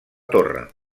torre